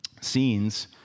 scenes